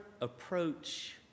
approach